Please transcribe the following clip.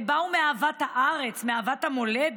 הם באו בגלל אהבת הארץ, אהבת המולדת.